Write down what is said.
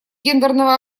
гендерного